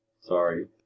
Sorry